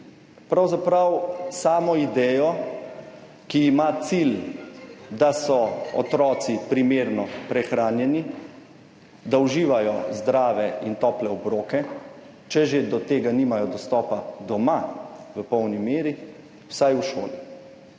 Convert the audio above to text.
pravzaprav samo idejo, ki ima cilj, da so otroci primerno prehranjeni, da uživajo zdrave in tople obroke, če že do tega nimajo dostopa doma v polni meri, vsaj v šoli,